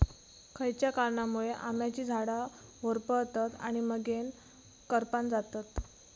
खयच्या कारणांमुळे आम्याची झाडा होरपळतत आणि मगेन करपान जातत?